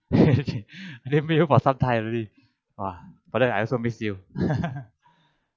never meet for some times already !wah! but then I also miss you